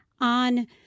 on